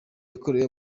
yakorewe